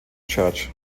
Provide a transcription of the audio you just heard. church